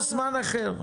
או זמן אחר.